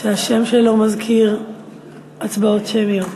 שהשם שלו מזכיר הצבעות שמיות.